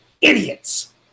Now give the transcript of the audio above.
idiots